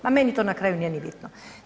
Ma meni to na kraju nije ni bitno.